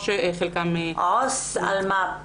לעו"ס אלמ"ב